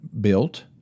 built